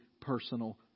personal